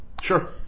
Sure